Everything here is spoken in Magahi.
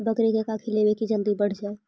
बकरी के का खिलैबै कि जल्दी बढ़ जाए?